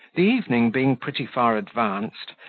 the evening being pretty far advanced,